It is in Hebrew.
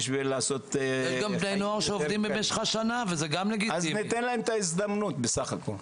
אנחנו צריכים לתת להם הזדמנות.